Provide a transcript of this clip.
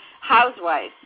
Housewives